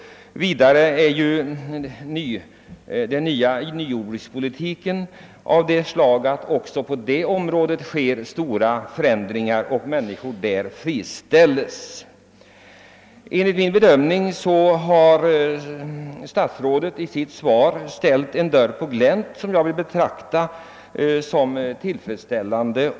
Vidare är ju den nya jordbrukspolitiken av det slaget att det också inom jordbruket sker stora förändringar, så att människor där friställs. Enligt min bedömning har statsrådet i sitt svar lämnat en dörr på glänt, vilket jag betraktar som tillfredsställande.